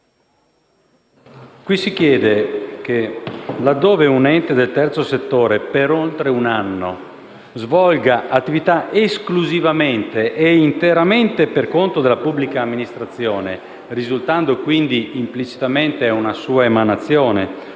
4.289 prevede che, laddove un ente del terzo settore svolga per oltre un anno attività esclusivamente e interamente per conto della pubblica amministrazione (risultando quindi implicitamente una sua emanazione